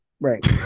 right